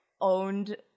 owned